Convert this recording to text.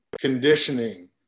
conditioning